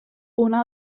una